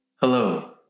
Hello